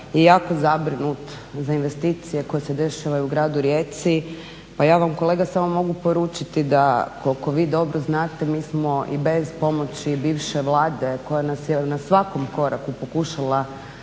je jako zabrinut za investicije koje se dešavaju u gradu Rijeci, pa ja vam kolega mogu samo poručiti koliko vi dobro znate mi smo i bez pomoći bivše Vlade koja nas je na svakom koraku pokušala